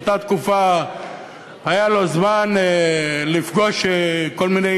באותה תקופה היה לו זמן לפגוש כל מיני